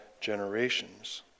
generations